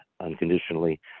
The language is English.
unconditionally